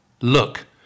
Look